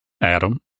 Adam